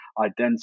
identity